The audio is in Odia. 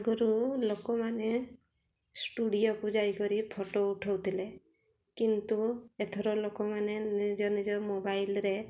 ଆଗରୁ ଲୋକମାନେ ଷ୍ଟୁଡ଼ିଓକୁ ଯାଇକରି ଫଟୋ ଉଠାଉଥିଲେ କିନ୍ତୁ ଏଥର ଲୋକମାନେ ନିଜ ନିଜ ମୋବାଇଲ୍ରେ